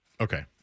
okay